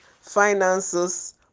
finances